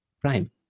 Prime